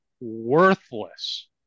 worthless